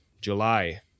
July